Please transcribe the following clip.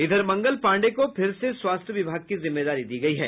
इधर मंगल पांडेय को फिर से स्वास्थ्य विभाग की जिम्मेदारी दी गयी है